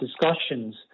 discussions